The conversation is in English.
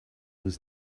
was